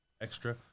extra